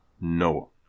No